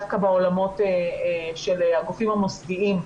של הגופים המוסדיים.